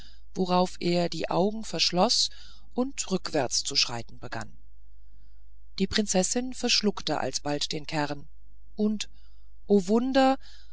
worauf er die augen verschloß und rückwärts zu schreiten begann die prinzessin verschluckte alsbald den kern und o wunder